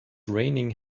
raining